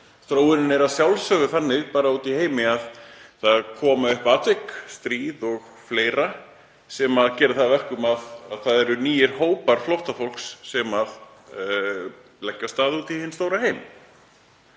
Þróunin er að sjálfsögðu þannig bara úti í heimi að það koma upp atvik, stríð og fleira, sem gera það að verkum að það eru nýir hópar flóttafólks sem leggja af stað út í hinn stóra heim.